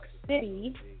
City